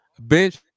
bench